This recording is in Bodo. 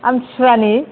आमथिसुवानि